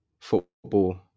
football